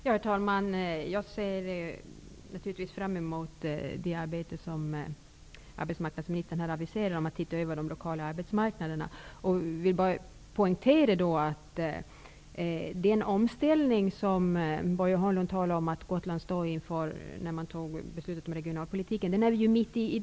Herr talman! Jag ser naturligtvis fram mot det arbete som arbetsmarknadsministern aviserar i fråga om att se över de lokala arbetsmarknaderna. Jag vill då bara poängtera att vi i dag är mitt inne i den omställning som Börje Hörnlund talade om att Gotland stod inför när beslutet om regionalpolitiken fattades.